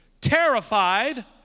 Terrified